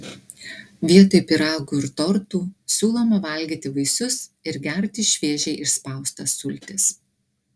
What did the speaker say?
vietoj pyragų ir tortų siūloma valgyti vaisius ir gerti šviežiai išspaustas sultis